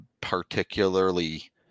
particularly